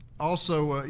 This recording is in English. also,